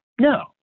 No